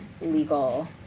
legal